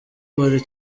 buri